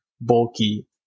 bulky